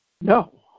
No